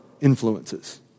influences